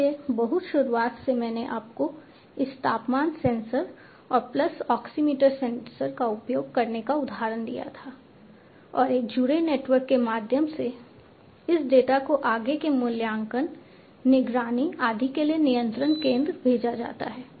इसलिए बहुत शुरुआत में मैंने आपको इस तापमान सेंसर और पल्स ऑक्सीमीटर सेंसर का उपयोग करने का उदाहरण दिया था और एक जुड़े नेटवर्क के माध्यम से इस डेटा को आगे के मूल्यांकन निगरानी आदि के लिए नियंत्रण केंद्र भेजा जाता है